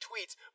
tweets